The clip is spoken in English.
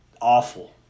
Awful